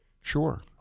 Sure